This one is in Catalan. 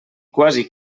quasi